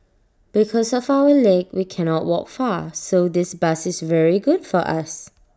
because of our leg we cannot walk far so this bus is very good for us